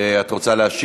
אינו נוכח.